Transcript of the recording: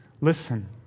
listen